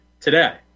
today